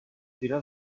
dirà